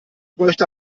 bräuchte